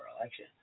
election